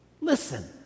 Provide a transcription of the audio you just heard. listen